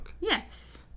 Yes